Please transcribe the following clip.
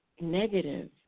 negative